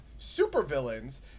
supervillains